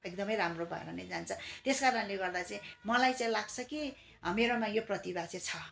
एकदमै राम्रो भएर नै जान्छ त्यस कारणले गर्दा चाहिँ मलाई चाहिँ लाग्छ कि मेरोमा यो प्रतिभा चाहिँ छ